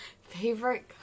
Favorite